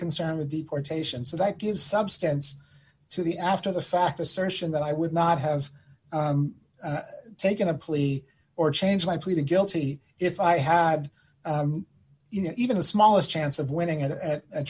concerned with deportation so that gives substance to the after the fact assertion that i would not have taken a plea or change my plea to guilty if i had you know even the smallest chance of winning